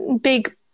big